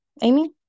Amy